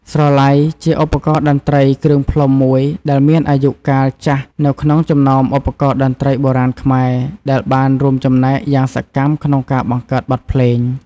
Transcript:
ស្រឡៃ ជាឧបករណ៍តន្ត្រីគ្រឿងផ្លុំមួយដែលមានអាយុកាលចាស់ នៅក្នុងចំណោមឧបករណ៍តន្ត្រីបុរាណខ្មែរ ដែលបានរួមចំណែកយ៉ាងសកម្មក្នុងការបង្កើតបទភ្លេង។